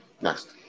Next